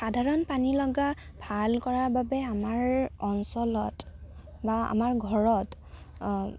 সাধাৰণ পানী লগা ভাল কৰাৰ বাবে আমাৰ অঞ্চলত বা আমাৰ ঘৰত